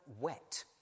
wet